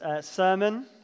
sermon